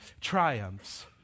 triumphs